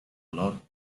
lot